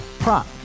Prop